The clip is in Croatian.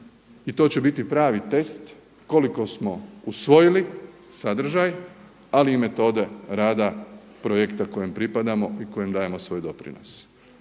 I to će biti pravi test koliko smo usvojili sadržaj ali i metode rada projekta kojem pripadamo i kojem dajemo svoj doprinos,